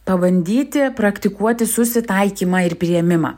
pabandyti praktikuoti susitaikymą ir priėmimą